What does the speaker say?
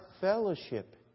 fellowship